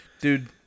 Dude